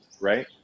Right